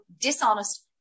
dishonest